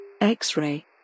x-ray